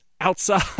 outside